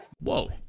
Whoa